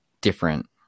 different